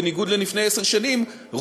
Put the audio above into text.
בניגוד ללפני עשר שנים,